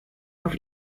auf